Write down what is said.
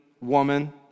woman